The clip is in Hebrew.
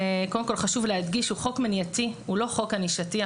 חשוב להדגיש שזה חוק מניעתי והוא לא חוק ענישתי.